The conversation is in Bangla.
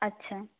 আচ্ছা